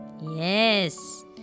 Yes